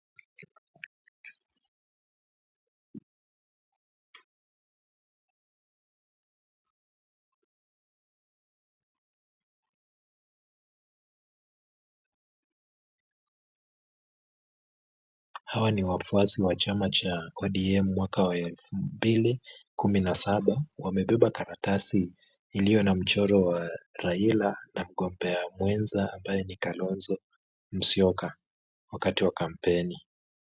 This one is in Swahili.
Hawa ni wafuasi wa ODM mwaka wa 2017, wamebeba karatasi iliyo na Raila na mgombea mwenza ambaye ni Kalonzo Musyoka, wakati wa kampeni.